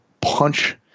punch